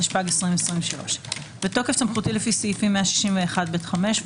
התשפ"ג- 2023. בתוקף סמכותי לפי סעיפים 161 (ב5)